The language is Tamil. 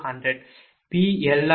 6j0